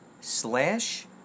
slash